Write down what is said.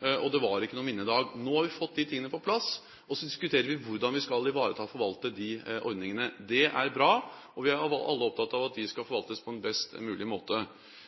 og det var ikke noen minnedag. Nå har vi fått de tingene på plass, og så diskuterer vi hvordan vi skal ivareta og forvalte de ordningene. Det er bra, og vi er alle opptatt av at de skal forvaltes på en best mulig måte.